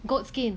goat skin